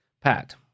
Pat